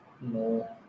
No